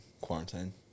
quarantine